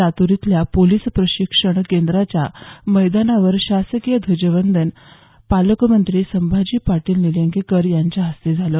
लातूर इथल्या पोलीस प्रशिक्षण केंद्राच्या मैदानावर शासकीय ध्वजवंदन पालकमंत्री संभाजी पाटील निलंगेकर यांच्या हस्ते झालं